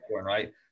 Right